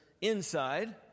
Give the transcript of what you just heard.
inside